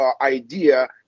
idea